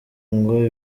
ngo